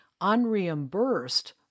unreimbursed